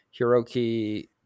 hiroki